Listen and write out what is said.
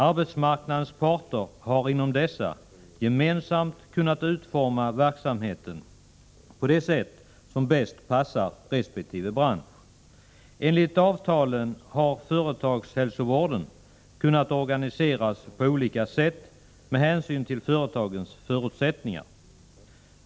Arbetsmarknadens parter har inom dessa ramar gemensamt kunnat utforma verksamheten på det sätt som bäst passar resp. bransch. Enligt avtalen har företagshälsovården kunnat organiseras på olika sätt med hänsyn till företagens förutsättningar.